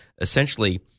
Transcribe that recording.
essentially